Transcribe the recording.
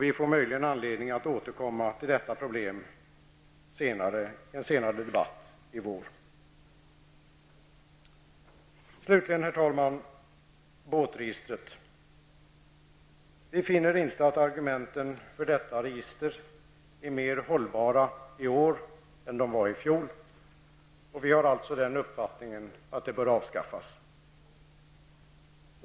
Vi får möjligen anledning att återkomma till detta problem i en senare debatt i vår. Slutligen, herr talman, till båtregistret. Vi finner inte att argumenten för detta register är mer hållbara i år än de var i fjol, och vi har alltså den uppfattningen att det bör avskaffas.